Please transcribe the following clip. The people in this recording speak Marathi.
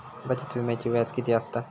बचत विम्याचा व्याज किती असता?